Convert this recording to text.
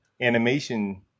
animation